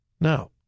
Now